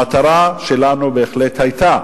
המטרה שלנו בהחלט היתה,